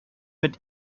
mit